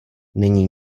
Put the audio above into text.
není